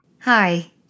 Hi